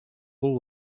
full